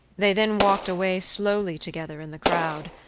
they then walked away slowly together in the crowd,